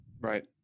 Right